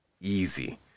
easy